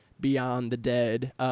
beyond-the-dead